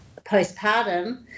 postpartum